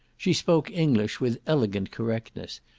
she spoke english with elegant correctness,